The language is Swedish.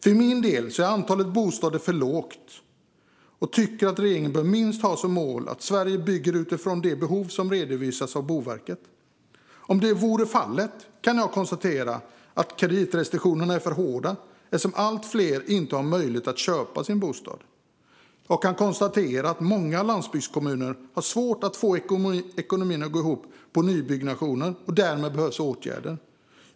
För min del anser jag att antalet bostäder är för lågt, och jag tycker att regeringen bör ha som mål att Sverige minst bygger efter det behov som redovisas av Boverket. Om så vore fallet kan jag konstatera att kreditrestriktionerna är för hårda eftersom allt fler inte har möjlighet att köpa sin bostad. Jag kan konstatera att många landsbygdskommuner har svårt att få ekonomin att gå ihop när det gäller nybyggnation, och därmed behövs åtgärder.